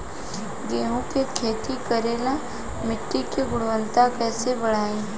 गेहूं के खेती करेला मिट्टी के गुणवत्ता कैसे बढ़ाई?